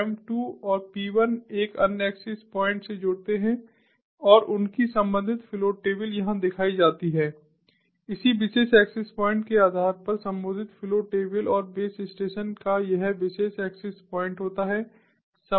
M 2 और P 1 एक अन्य एक्सेस प्वाइंट से जुड़ते हैं और उनकी संबंधित फ्लो टेबल यहां दिखाई जाती हैं इसी विशेष एक्सेस प्वाइंट के आधार पर संबंधित फ्लो टेबल और बेस स्टेशन का यह विशेष एक्सेस पॉइंट होता है